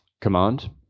command